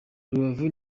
rubavu